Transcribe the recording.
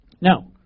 Now